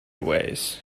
ways